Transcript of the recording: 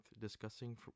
discussing